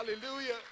Hallelujah